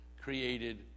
created